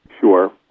Sure